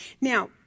Now